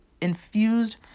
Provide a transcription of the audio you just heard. infused